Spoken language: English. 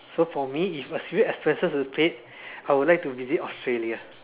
so for me if assuming expenses is paid I would like to visit Australia